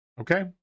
Okay